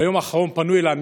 ביום האחרון פנו אליי,